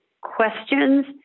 questions